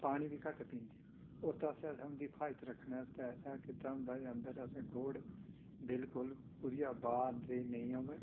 पानी बी घट्ट पींदे उत्त आस्तै असें उं'दी फ्हाजत रक्खने आस्तै असें केह् कीता दा होंदा जे अन्दर असें गोढ बिल्कुल कुतैआ ब्हा अन्दरै गी नेईं आवै